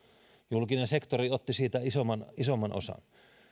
julkinen sektori otti siitä isomman isomman osan